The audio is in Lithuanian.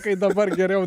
kai dabar geriau